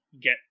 get